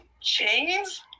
Chains